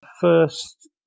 first